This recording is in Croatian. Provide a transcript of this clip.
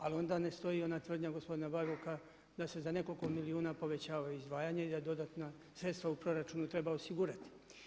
Ali onda ne stoji ona tvrdnja gospodina Bauka da se za nekoliko milijuna povećavaju zdvajanja i da dodatna sredstva u proračunu treba osigurati.